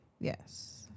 Yes